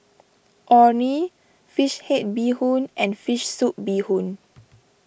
Orh Nee Fish Head Bee Hoon and Fish Soup Bee Hoon